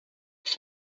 his